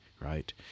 right